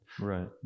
Right